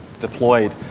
deployed